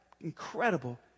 incredible